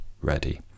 ready